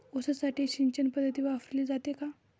ऊसासाठी सिंचन पद्धत वापरली जाते का?